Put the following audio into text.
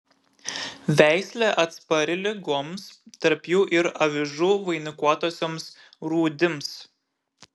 veislė atspari ligoms tarp jų ir avižų vainikuotosioms rūdims